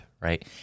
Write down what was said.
right